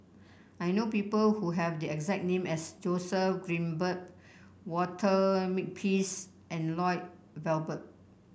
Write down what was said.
I know people who have the exact name as Joseph Grimberg Walter Makepeace and Lloyd Valberg